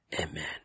amen